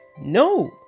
No